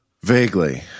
Vaguely